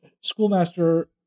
schoolmaster